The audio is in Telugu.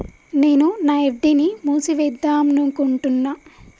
నేను నా ఎఫ్.డి ని మూసివేద్దాంనుకుంటున్న